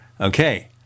Okay